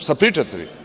Šta pričate vi?